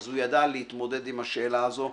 אז הוא ידע להתמודד עם השאלה הזאת,